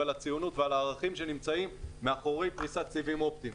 על הציונות ועל הערכים שנמצאים מאחורי פריסת סיבים אופטיים.